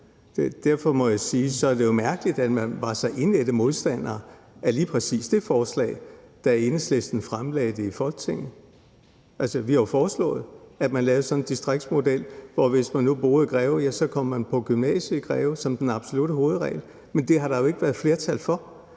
det er mærkeligt, at man var så indædt modstander af lige præcis det forslag, da Enhedslisten fremsatte det i Folketinget. Altså, vi foreslog, at vi lavede en distriktsmodel, så man, hvis man boede i Greve, kom på gymnasium i Greve som den absolutte hovedregel. Men det har der jo ikke været flertal for.